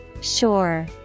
Sure